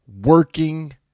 working